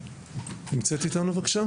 נמצאת אתנו בזום?